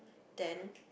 then